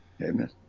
Amen